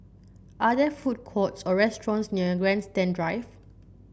are there food courts or restaurants near Grandstand Drive